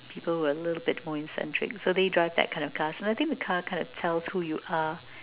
people who are a bit more eccentric so the car kind of like tells who you are